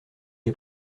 est